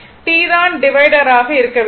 T தான் divider ஆக இருக்க வேண்டும்